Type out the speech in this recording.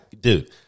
dude